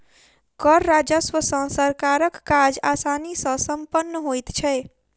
कर राजस्व सॅ सरकारक काज आसानी सॅ सम्पन्न होइत छै